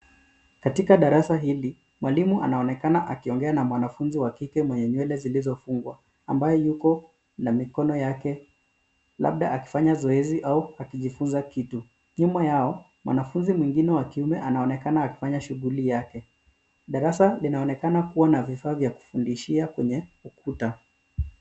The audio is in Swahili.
Katika darasa hili mwalimu anaonekana akiongea na mwanafunzi wa kike mwenye nywele zilizofungwa ambaye yuko na mikono yake labda akifanya zoezi au akijifunza kitu. Nyuma yao, mwanafunzi mwingine wa kiume anaonekana akifanya shughuli yake. Darasa linaonekana kuwa na vifaa vya kufundishia kwenye ukuta.